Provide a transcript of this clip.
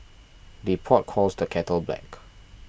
the pot calls the kettle black